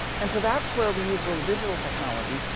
and so that's where we use the little digital technology.